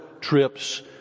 trips